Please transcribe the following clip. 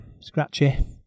scratchy